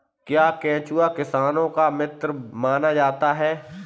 क्या केंचुआ किसानों का मित्र माना जाता है?